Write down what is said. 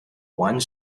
one